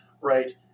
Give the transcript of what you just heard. right